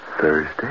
Thursday